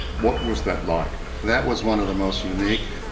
what was that? like that was one of the most unique?